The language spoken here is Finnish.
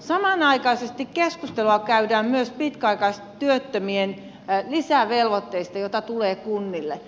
samanaikaisesti keskustelua käydään myös pitkäaikaistyöttömien lisävelvoitteista joita tulee kunnille